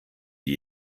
sie